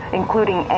including